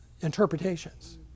interpretations